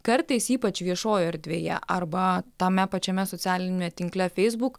kartais ypač viešojoj erdvėje arba tame pačiame socialiniame tinkle feisbuk